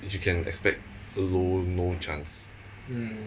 is you can expect low no chance